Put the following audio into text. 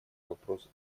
вопрос